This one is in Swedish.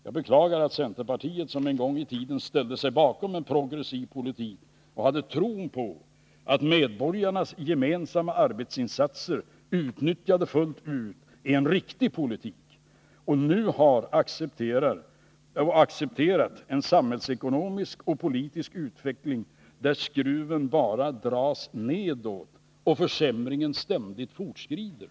Jag beklagar att centerpartiet, som en gång i tiden ställde sig bakom en progressiv politik och hade tron att medborgarnas gemensamma arbetsinsatser utnyttjade fullt ut var en riktig politik, nu har accepterat en samhällsekonomisk och politisk utveckling, där skruven bara dras nedåt och försämringen ständigt fortskrider.